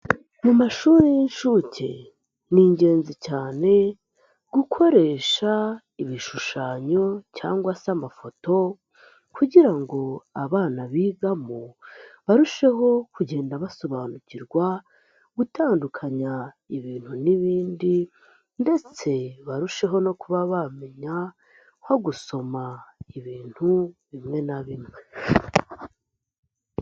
Mu mashuri y'inshuke ni ingenzi cyane gukoresha ibishushanyo cyangwa se amafoto, kugira ngo abana bigamo barusheho kugenda basobanukirwa gutandukanya ibintu n'ibindi, ndetse barusheho no kuba bamenya nko gusoma ibintu bimwe na bimwe.